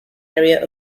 area